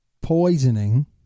poisoning